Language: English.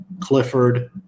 Clifford